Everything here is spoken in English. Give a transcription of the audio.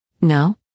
No